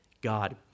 God